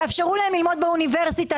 תאפשרו להן ללמוד באוניברסיטה,